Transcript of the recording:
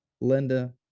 linda